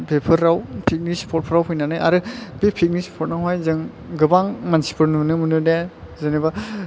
बेफोराव फिकनिक स्पदफ्राव फैनानै आरो बे फिकनिक स्पदआव गोबां मानसिफोर नुनो मोनोदे जेनाबा